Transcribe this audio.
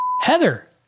Heather